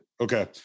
Okay